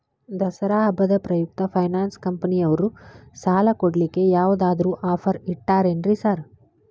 ದಸರಾ ಹಬ್ಬದ ಪ್ರಯುಕ್ತ ಫೈನಾನ್ಸ್ ಕಂಪನಿಯವ್ರು ಸಾಲ ಕೊಡ್ಲಿಕ್ಕೆ ಯಾವದಾದ್ರು ಆಫರ್ ಇಟ್ಟಾರೆನ್ರಿ ಸಾರ್?